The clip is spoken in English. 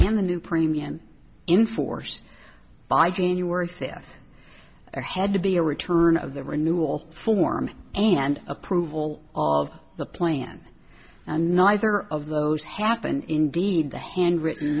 and the new premium in force by january thirtieth or had to be a return of the renewal form and approval of the plan and neither of those happen indeed the handwritten